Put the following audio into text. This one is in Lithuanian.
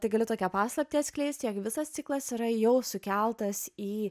tai galiu tokią paslaptį atskleisti jog visas ciklas yra jau sukeltas į